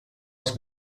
els